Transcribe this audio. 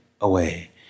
away